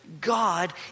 God